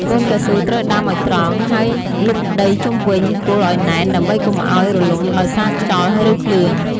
កូនកៅស៊ូត្រូវដាំឱ្យត្រង់ ហើយលប់ដីជុំវិញគល់ឱ្យណែន ដើម្បីកុំឱ្យរលំដោយសារខ្យល់ ឬភ្លៀង។